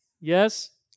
Yes